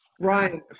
Ryan